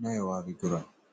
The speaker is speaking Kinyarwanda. nawe wabigura.